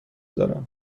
دارم